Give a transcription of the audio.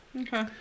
Okay